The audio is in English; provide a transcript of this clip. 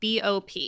BOP